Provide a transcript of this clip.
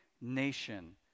nation